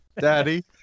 Daddy